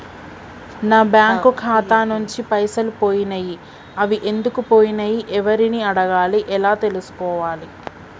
నా బ్యాంకు ఖాతా నుంచి పైసలు పోయినయ్ అవి ఎందుకు పోయినయ్ ఎవరిని అడగాలి ఎలా తెలుసుకోవాలి?